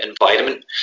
environment